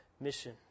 mission